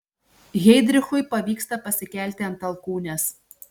heidrichui pavyksta pasikelti ant alkūnės